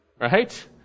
Right